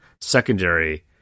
secondary